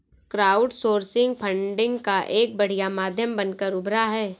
crowdsourcing funding का एक बढ़िया माध्यम बनकर उभरा है